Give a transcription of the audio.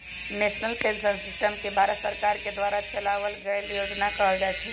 national pension system के भारत सरकार के द्वारा चलावल गइल योजना कहल जा हई